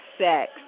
sex